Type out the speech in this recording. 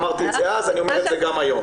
אמרתי את זה אז, אני אומר את זה גם היום.